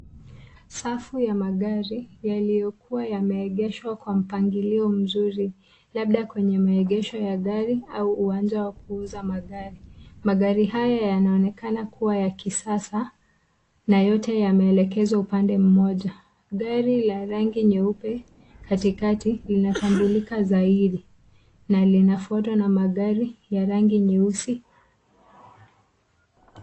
Safu ya magari yaliyokuwa yameegeshwa kwa mpangilio mzuri, labda kwenye maegesho ya gari au uwanja wa kuuza magari. Magari hayo yanaonekana kuwa ya kisasa na yote yameelekezwa upande mmoja. Gari la rangi nyeupe katikati, linatambulika zaidi na linafuatwa na magari ya rangi nyeusi.